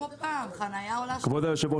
כבוד היו"ר,